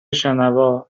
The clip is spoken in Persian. شنوا